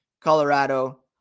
Colorado